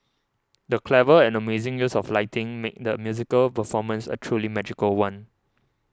the clever and amazing use of lighting made the musical performance a truly magical one